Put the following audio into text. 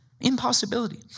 Impossibility